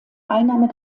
einnahme